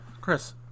Chris